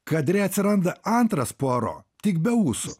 kadre atsiranda antras puaro tik be ūsų